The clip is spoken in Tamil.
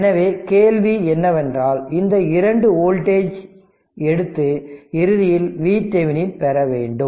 எனவே கேள்வி என்னவென்றால் இந்த 2 வோல்டேஜ் எடுத்து இறுதியில் VThevenin பெற வேண்டும்